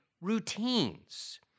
routines